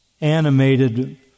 animated